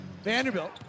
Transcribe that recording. Vanderbilt